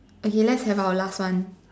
okay let's have our last one